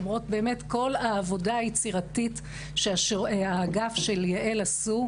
למרות כל העבודה היצירתית שהאגף של יעל עשו,